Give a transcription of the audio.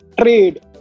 trade